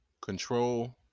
control